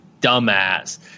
dumbass